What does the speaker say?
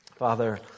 Father